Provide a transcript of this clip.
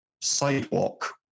sidewalk